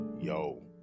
yo